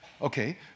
Okay